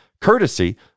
courtesy